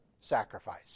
sacrifice